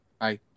Hi